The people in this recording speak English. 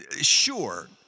Sure